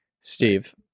steve